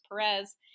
Perez